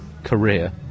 career